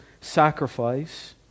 sacrifice